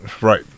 Right